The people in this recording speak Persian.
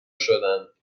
شدند